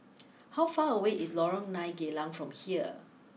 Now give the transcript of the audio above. how far away is Lorong nine Geylang from here